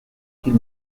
qu’il